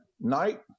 night